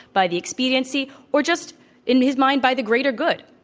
by the expediency, or just in his mind by the greater good.